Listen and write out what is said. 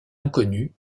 inconnue